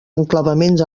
enclavaments